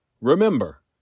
Remember